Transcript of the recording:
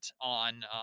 on